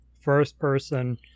first-person